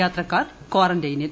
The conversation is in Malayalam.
യാത്രക്കാർ ക്വാറന്റൈനിൽ